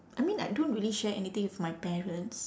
I mean I don't really share anything with my parents